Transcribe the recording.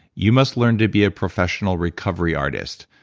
you must learn to be a professional recovery artist.